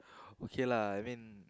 okay lah I mean